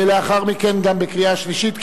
ולאחר מכן נצביע גם בקריאה שלישית,